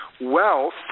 wealth